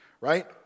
Right